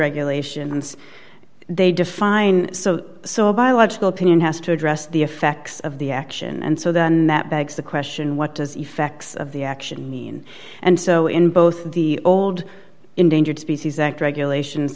regulations they define so so biological opinion has to address the effects of the action and so then that begs the question what does effects of the action mean and so in both the old endangered species act regulations